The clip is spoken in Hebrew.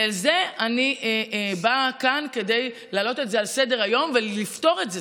אני באה לכאן כדי להעלות את זה על סדר-היום ולפתור את זה.